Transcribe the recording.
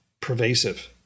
pervasive